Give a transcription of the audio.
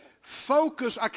Focus